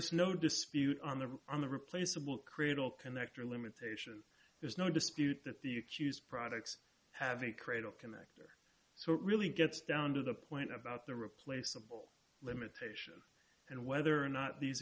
is no dispute on the on the replaceable cradle connector limitation there's no dispute that the accused products have a cradle connect so it really gets down to the point about the replaceable limitation and whether or not these